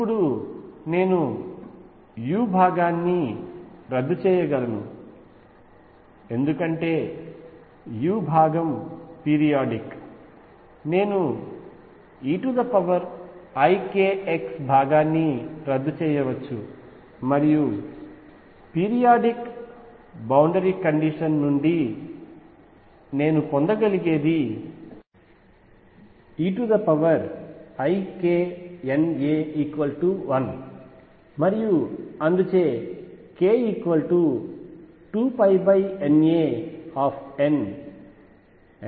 ఇప్పుడు నేను u భాగాన్ని రద్దు చేయగలను ఎందుకంటే u భాగం పీరియాడిక్ నేను eikx భాగాన్ని రద్దు చేయవచ్చు మరియు పీరియాడిక్ బౌండరీ కండిషన్ నుండి నేను పొందగలిగేది eikNa1 మరియు అందుచే k2πNan